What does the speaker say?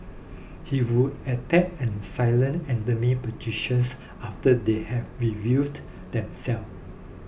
he would attack and silence enemy positions after they had revealed themselves